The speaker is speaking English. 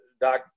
Doc